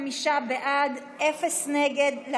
25 בעד, אפס נגד.